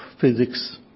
physics